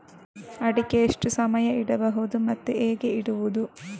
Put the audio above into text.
ಅಡಿಕೆ ಎಷ್ಟು ಸಮಯ ಇಡಬಹುದು ಮತ್ತೆ ಹೇಗೆ ಇಡುವುದು?